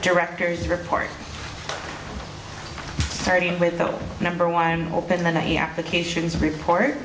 director's report starting with the number one open on a applications report